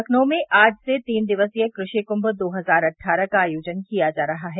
लखनऊ में आज से तीन दिक्सीय कृषि कृंम दो हजार अट्ठारह का आयोजन किया जा रहा है